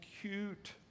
cute